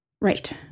Right